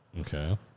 Okay